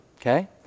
okay